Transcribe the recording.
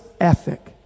ethic